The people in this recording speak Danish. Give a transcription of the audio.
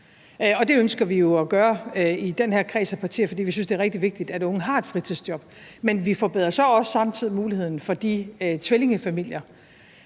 det ønsker vi jo at gøre i den her kreds af partier, fordi vi synes, det er rigtig vigtigt, at unge har et fritidsjob. Men vi forbedrer så også samtidig muligheden for de tvillingefamilier,